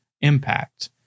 impact